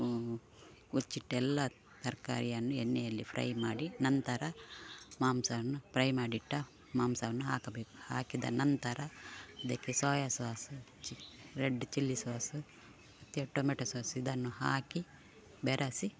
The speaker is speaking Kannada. ಕೊಚ್ಚಿಟ್ಟೆಲ್ಲ ತರಕಾರಿಯನ್ನು ಎಣ್ಣೆಯಲ್ಲಿ ಫ್ರೈ ಮಾಡಿ ನಂತರ ಮಾಂಸವನ್ನು ಪ್ರೈ ಮಾಡಿಟ್ಟ ಮಾಂಸವನ್ನು ಹಾಕಬೇಕು ಹಾಕಿದ ನಂತರ ಅದಕ್ಕೆ ಸೋಯಾ ಸಾಸ್ ಚಿ ರೆಡ್ ಚಿಲ್ಲಿ ಸಾಸ್ ಮತ್ತೆ ಟೊಮ್ಯಾಟೊ ಸಾಸ್ ಇದನ್ನು ಹಾಕಿ ಬೆರಸಿ